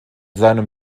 seinem